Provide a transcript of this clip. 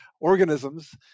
organisms